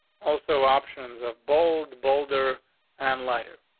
also. options of bold boulder and lighter.